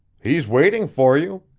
he's waiting for you.